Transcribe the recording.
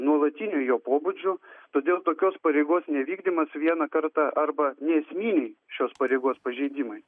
nuolatiniu jo pobūdžiu todėl tokios pareigos nevykdymas vieną kartą arba neesminiai šios pareigos pažeidimai